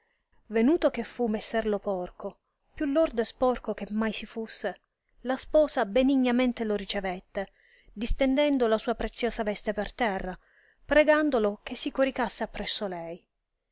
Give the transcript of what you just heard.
venuto che fu messer lo porco più lordo e sporco che mai fusse la sposa benignamente lo ricevette distendendo la sua preziosa veste per terra pregandolo che si coricasse appresso lei